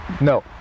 No